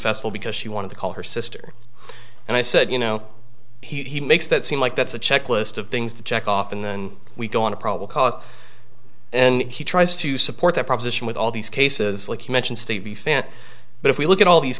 festival because she wanted to call her sister and i said you know he makes that seem like that's a checklist of things to check off and then we go on a probable cause and he tries to support that proposition with all these cases like he mentions to the fans but if we look at all these